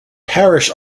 parrish